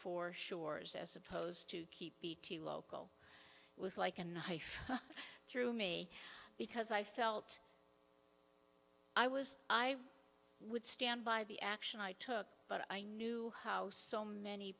for sure as as opposed to keep the two local was like a knife through me because i felt i was i would stand by the action i took but i knew how so many